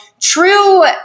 true